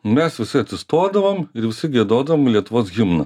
mes visi atsistodavom ir visi giedodavom lietuvos himną